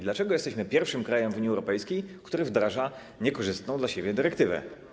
Dlaczego jesteśmy pierwszym krajem Unii Europejskiej, który wdraża niekorzystną dla siebie dyrektywę?